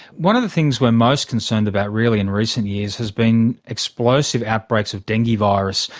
one of the things we are most concerned about really in recent years has been explosive outbreaks of dengue virus,